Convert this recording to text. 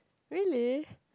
really